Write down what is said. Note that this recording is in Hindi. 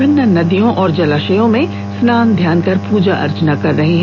लोग विभिन्न नदियों और जलाशयों में स्नान ध्यान कर पूजा अर्चना कर रहे हैं